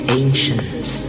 ancients